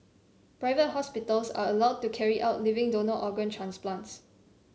private hospitals are allowed to carry out living donor organ transplants